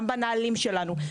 גם בנהלים שלנו,